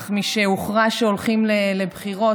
אך משהוכרע שהולכים לבחירות,